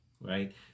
right